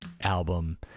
album